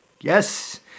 Yes